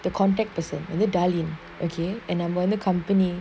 the contact person and italian again and I'm going the company